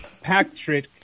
Patrick